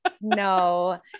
no